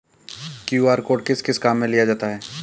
QR code किस किस काम में लिया जाता है?